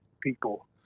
people